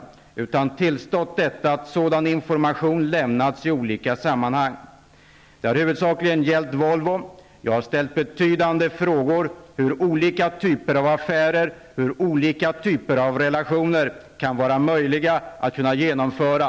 Jag har tillstått att sådan information lämnats i olika sammanhang. Det har huvudsakligen gällt Volvo. Jag har ställt betydande frågor hur olika typer av affärer och relationer kan vara möjliga att genomföra.